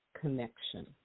connection